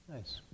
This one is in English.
Nice